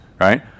right